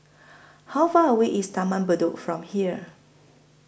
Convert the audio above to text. How Far away IS Taman Bedok from here